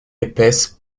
épaisses